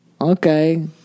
Okay